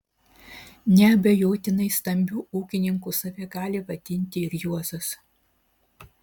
neabejotinai stambiu ūkininku save gali vadinti ir juozas